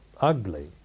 ugly